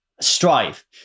Strive